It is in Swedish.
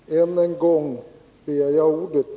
Herr talman! Än en gång begär jag ordet.